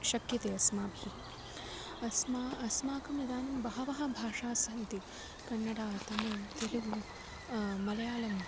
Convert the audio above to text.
शक्यते अस्माभिः अस्माकं अस्माकमिदानीं बहवः भाषास्सन्ति कन्नडा तमिळ् तेलुगु मलयाळम्